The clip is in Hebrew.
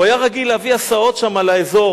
הוא היה רגיל להביא הסעות לאזור,